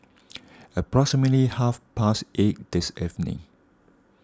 approximately half past eight this evening